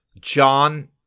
John